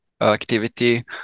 activity